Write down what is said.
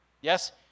Yes